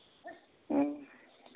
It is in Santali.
ᱦᱮᱸ